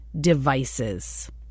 devices